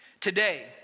Today